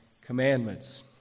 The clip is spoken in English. commandments